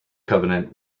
covenant